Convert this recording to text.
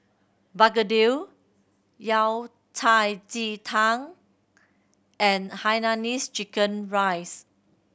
begedil Yao Cai ji tang and hainanese chicken rice